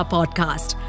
Podcast